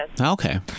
Okay